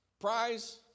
prize